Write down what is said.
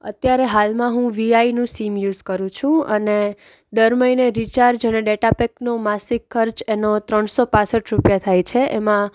અત્યારે હાલમાં હું વીઆઈનું સિમ યુસ કરું છું અને દર મહિને રીચાર્જ અને ડેટા પેકનો માસિક ખર્ચ એનો ત્રણસો પાંસઠ રૂપિયા થાય છે એમાં